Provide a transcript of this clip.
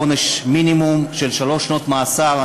עונש מינימום של שלוש שנות מאסר.